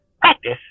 practice